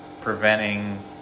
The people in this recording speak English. preventing